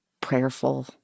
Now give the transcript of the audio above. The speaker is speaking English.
prayerful